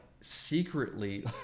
secretly